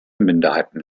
minderheiten